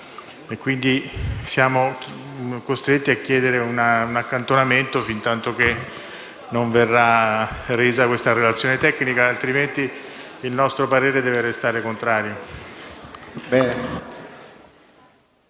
siamo costretti a chiedere un accantonamento fintantoché non verrà resa la relazione tecnica, altrimenti il nostro parere resterà contrario.